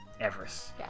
Everest